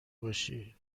باشی